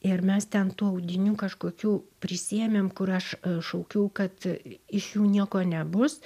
ir mes ten tų audinių kažkokių prisiėmėm kur aš šaukiau kad iš jų nieko nebus